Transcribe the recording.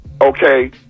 okay